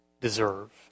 deserve